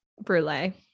brulee